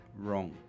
Wrong